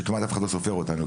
שאף אחד לא סופר אותנו,